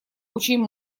очень